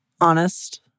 honest